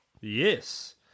Yes